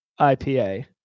IPA